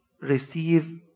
receive